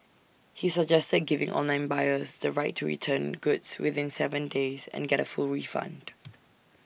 he suggested giving online buyers the right to return goods within Seven days and get A full refund